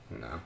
No